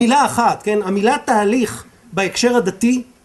המילה אחת המילה תהליך בהקשר הדתי